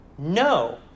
No